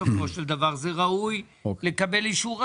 הוא ראוי לקבל אישור רגיל.